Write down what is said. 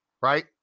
right